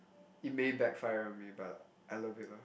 it may backfire on me but I love it lah